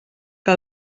que